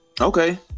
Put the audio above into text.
Okay